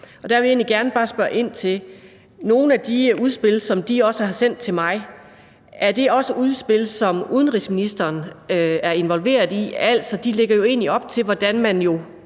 nogle af de udspil, som de har sendt til mig, også udspil, som udenrigsministeren er involveret i? De lægger jo egentlig